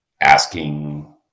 asking